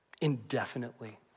indefinitely